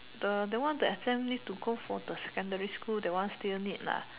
the that one the exam need to go for the secondary school that one still need lah